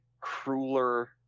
crueler